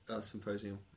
symposium